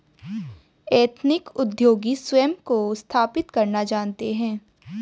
ethnic उद्योगी स्वयं को स्थापित करना जानते हैं